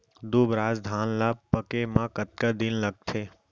दुबराज धान ला पके मा कतका दिन लगथे?